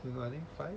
mmhmm I think five